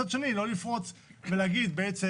מצד שני, לא לפרוץ ולהגיד בעצם